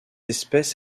espèce